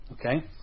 Okay